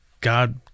God